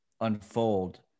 unfold